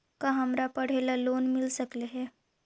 का हमरा पढ़े ल लोन मिल सकले हे?